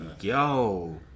yo